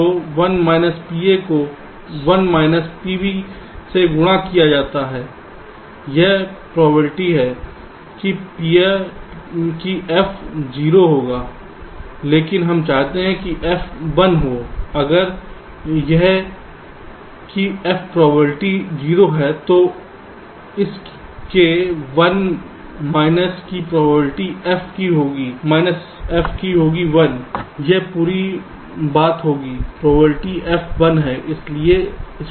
तो 1माइनस PA को 1 माइनस पीबी से गुणा किया जाता है यह प्रोबेबिलिटी है कि f 0 होगा लेकिन हम चाहते हैं कि f 1 हो अगर यह की f प्रोबेबिलिटी 0 है तो इस के 1 माइनस की प्रोबेबिलिटी f की होगी 1 यह पूरी बात होगी प्रोबेबिलिटी f 1 है